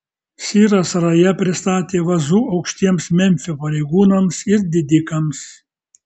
siras raja pristatė vazų aukštiems memfio pareigūnams ir didikams